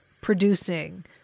producing